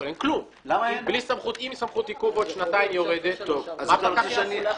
אם סמכות עיכוב יורדת עוד שנתיים, מה הפקח יעשה?